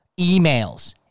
Emails